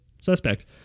suspect